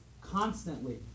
constantly